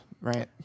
right